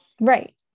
Right